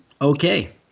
okay